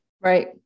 right